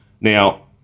Now